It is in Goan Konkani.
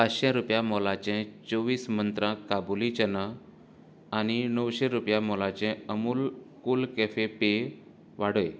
पांचशी रुपया मोलाचें चोव्वीस मंत्रा काबुली चना आनी णवशीं रुपया मोलाचें अमूल कूल कॅफे पेय वाडय